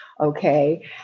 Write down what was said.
Okay